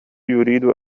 يريد